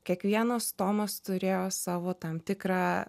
kiekvienas tomas turėjo savo tam tikrą